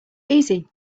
easy